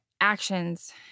actions